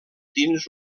dins